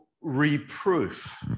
reproof